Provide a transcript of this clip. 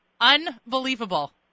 unbelievable